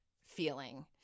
feeling